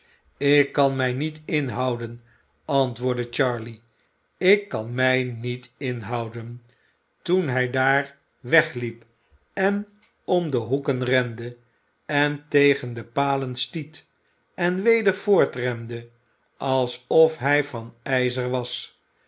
ik kan mij niet inhouden antwoordde charley ik kan mij niet inhouden toen hij daar wegliep en om de hoeken rende en tegen de palen stiet en weder voortrende alsof hij van ijzer was